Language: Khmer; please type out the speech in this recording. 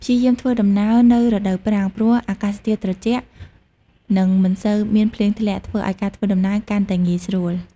ព្យាយាមធ្វើដំណើរនៅរដូវប្រាំង ព្រោះអាកាសធាតុត្រជាក់ និងមិនសូវមានភ្លៀងធ្លាក់ ធ្វើឲ្យការធ្វើដំណើរកាន់តែងាយស្រួល។